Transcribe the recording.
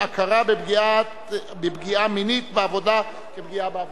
הכרה בפגיעה מינית בעבודה כפגיעת עבודה).